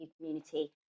community